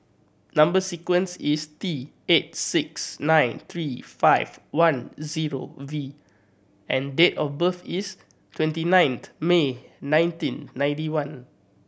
number sequence is T eight six nine three five one zero V and date of birth is twenty ninth May nineteen ninety one